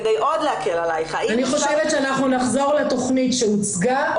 כדי עוד להקל עליך --- אני חושבת שאנחנו נחזור לתכנית שהוצגה,